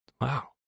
wow